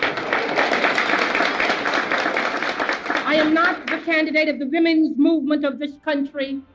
um i am not candidate of the women's movement of this country,